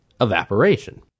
evaporation